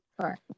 Right